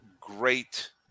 great